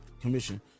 Commission